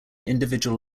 individual